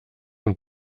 und